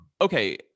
okay